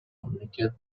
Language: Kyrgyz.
мамлекет